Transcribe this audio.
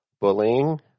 bullying